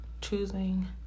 choosing